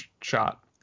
shot